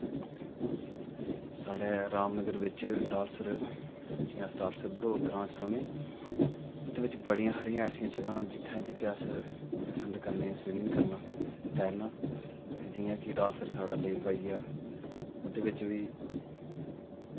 साढ़े रामनगर बिच डालसर अस डालसर बडोल ग्रांऽ च रौह्न्ने इत्थै बड़ी हारियां ऐसियां जगह्ं न जित्थै अस पसंद करने स्विमिंग करना तैरना जि'यां कि डालसर साढ़ा लेक आई गेआ ओह्दे बिच बी